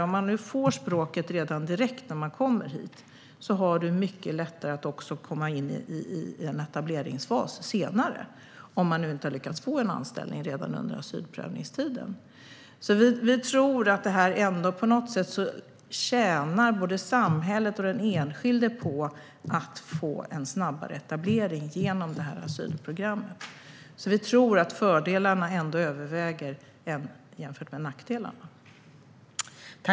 Om man får lära sig språket direkt när man kommer hit är det mycket lättare att senare komma in i en etableringsfas, om man inte har lyckats få en anställning redan under asylprövningstiden. På något sätt tjänar både samhället och den enskilde på att få en snabbare etablering genom asylprogrammet. Fördelarna överväger nog ändå jämfört med nackdelarna.